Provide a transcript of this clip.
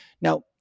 Now